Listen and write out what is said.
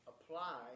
apply